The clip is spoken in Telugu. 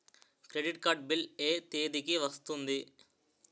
క్రెడిట్ కార్డ్ బిల్ ఎ తేదీ కి వస్తుంది?